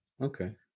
Okay